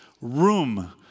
room